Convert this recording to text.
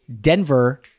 Denver